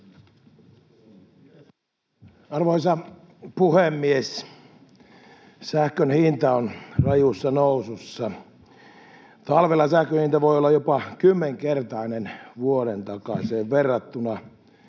Arvoisa puhemies! Sähkön hinta on rajussa nousussa. Talvella sähkön hinta voi olla jopa kymmenkertainen vuoden takaiseen verrattuna.